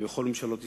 ובכל ממשלות ישראל,